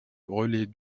relais